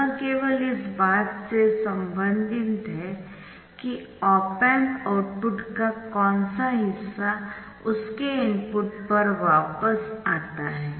यह केवल इस बात से संबंधित है कि ऑप एम्प आउटपुट का कौन सा हिस्सा उसके इनपुट पर वापस आता है